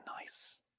nice